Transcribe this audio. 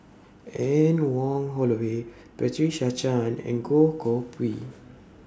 Anne Wong Holloway Patricia Chan and Goh Koh Pui